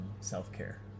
self-care